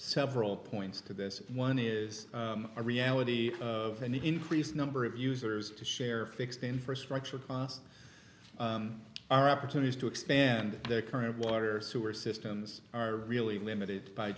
several points to this one is a reality of an increased number of users to share fixed infrastructure costs are opportunities to expand their current water sewer systems are really limited by